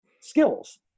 skills